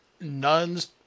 nuns